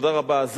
תודה רבה.